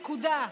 נקודה.